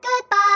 Goodbye